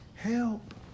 Help